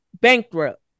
bankrupt